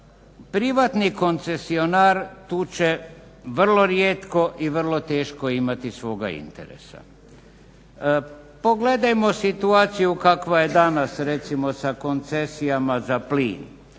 Privatni koncesionar tuče vrlo rijetko i vrlo teško imati svoga interesa. Pogledajmo situaciju kakva je danas, recimo, sa koncesijama za plin.